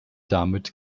damit